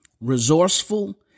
Resourceful